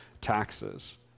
taxes